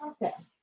purpose